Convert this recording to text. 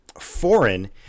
foreign